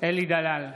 אלי דלל,